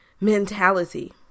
mentality